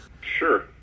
sure